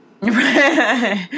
Right